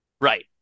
Right